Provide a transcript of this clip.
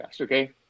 okay